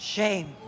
Shame